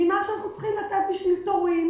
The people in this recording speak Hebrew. ממה שאנחנו צריכים לתת בשביל תורים,